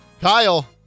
Kyle